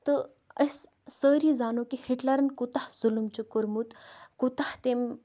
تہٕ أسۍ سٲری زانَو کہ ہِٹلَرَن کوتاہ ظُلُم چھُ کوٚرمُت کوتاہ تٔمۍ